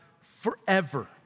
forever